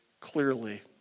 clearly